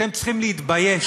אתם צריכים להתבייש.